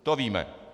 To víme.